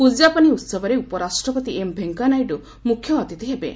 ଉଦ୍ଯାପନୀ ଉହବରେ ଉପରାଷ୍ଟ୍ରପତି ଏମ୍ ଭେଙ୍କିୟା ନାଇଡୁ ମୁଖ୍ୟ ଅତିଥି ହେବେ